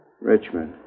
Richmond